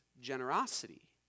generosity